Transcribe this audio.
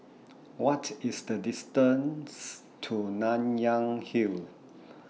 What IS The distance to Nanyang Hill